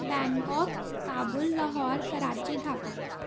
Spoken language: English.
Bangkok Kabul Lahore Karachi Dhaka